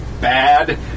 bad